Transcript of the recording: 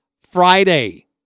Friday